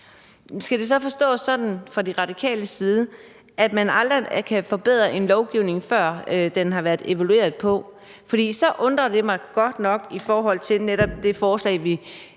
Skal det så forstås sådan, at De Radikale mener, at man aldrig kan forbedre en lovgivning, før den er blevet evalueret? For så undrer jeg mig godt nok. For når det handler om det forslag, vi